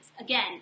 again